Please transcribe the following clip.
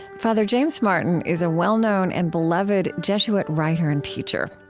father james martin is a well-known and beloved jesuit writer and teacher.